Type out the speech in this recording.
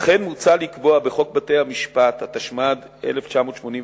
לכן, מוצע לקבוע בחוק בתי-המשפט, התשמ"ד 1984,